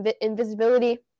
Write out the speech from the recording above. invisibility